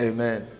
Amen